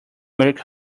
make